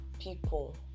people